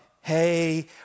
hey